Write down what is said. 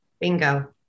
bingo